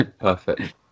Perfect